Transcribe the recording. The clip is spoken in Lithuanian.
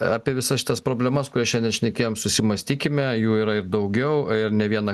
apie visas šitas problemas kurias šiandien šnekėjom susimąstykime jų yra ir daugiau ir ne vieną